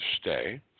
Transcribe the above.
stay